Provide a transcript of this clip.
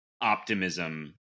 optimism